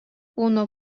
kūno